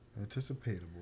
Anticipatable